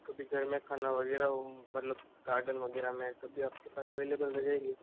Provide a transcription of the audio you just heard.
क्योंकि घर में खाना वग़ैरह हो मतलब गार्डन वग़ैरह में तब भी आप के पास अवेलेबल रह जाएगी